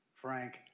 Frank